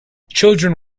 children